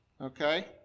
Okay